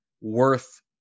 worth